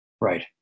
Right